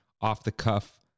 off-the-cuff